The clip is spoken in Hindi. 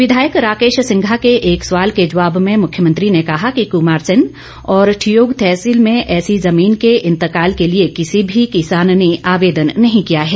विधायक राकेश सिंघा के एक सवाल के जबाव में मुख्यमंत्री ने कहा कि कुमारसैन और ठियोग तहसील में ऐसी जमीन के इतकाल के लिए किसी भी किसान ने आवेदन नहीं किया है